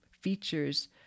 features